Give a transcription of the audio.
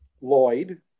Lloyd